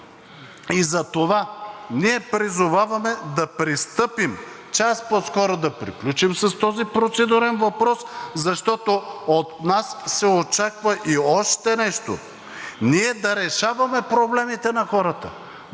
Затова ние призоваваме да пристъпим, час по скоро да приключим с този процедурен въпрос, защото от нас се очаква и още нещо – ние да решаваме проблемите на хората